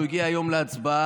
שהוא הגיע היום להצבעה,